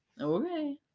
Okay